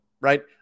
right